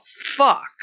fuck